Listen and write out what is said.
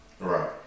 Right